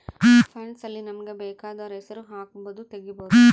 funds ಅಲ್ಲಿ ನಮಗ ಬೆಕಾದೊರ್ ಹೆಸರು ಹಕ್ಬೊದು ತೆಗಿಬೊದು